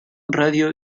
radio